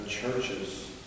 Churches